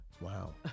Wow